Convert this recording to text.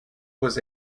was